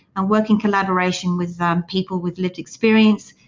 and working collaboration with people with lived experience,